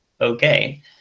okay